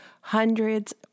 hundreds